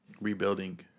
Rebuilding